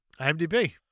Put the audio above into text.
IMDb